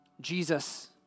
Jesus